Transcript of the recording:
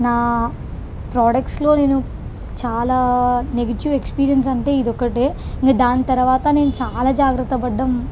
నా ప్రొడక్ట్స్లో నేను చాలా నెగిటీవ్ ఎక్స్పీరియన్స్ అంటే ఇదొక్కటే ఇంక దాని తర్వాత నేను చాలా జాగ్రత్త పడ్డం